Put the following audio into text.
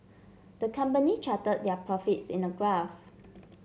the company charted their profits in a graph